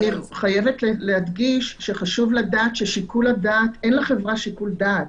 אני חייבת להדגיש שחשוב לדעת שאין לחברה שיקול דעת.